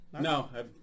No